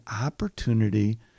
opportunity